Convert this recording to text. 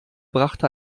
brachte